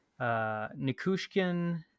Nikushkin